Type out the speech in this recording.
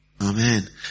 Amen